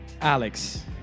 Alex